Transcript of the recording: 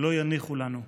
שלא יניחו לנו.